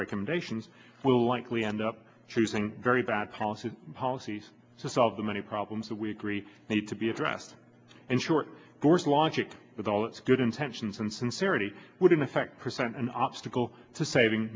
recommendations will likely end up choosing very bad policy policies to solve the many problems that we agree need to be addressed in short course logic with all its good intentions and sincerity would in effect percent an obstacle to saving